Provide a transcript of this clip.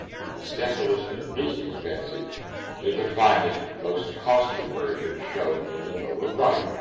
from the simplest and least expensive to the finest, most costly version, shown in the lower right,